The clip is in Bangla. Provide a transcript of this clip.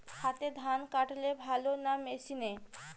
হাতে ধান কাটলে ভালো না মেশিনে?